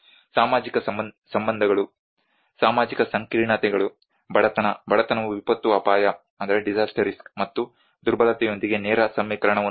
ಸಾಮಾಜಿಕ ಸಂಬಂಧಗಳು ಸಾಮಾಜಿಕ ಸಂಕೀರ್ಣತೆಗಳು ಬಡತನ ಬಡತನವು ವಿಪತ್ತು ಅಪಾಯ ಮತ್ತು ದುರ್ಬಲತೆಯೊಂದಿಗೆ ನೇರ ಸಮೀಕರಣವನ್ನು ಹೊಂದಿದೆ